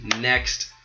next –